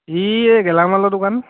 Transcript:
ই গেলামালৰ দোকান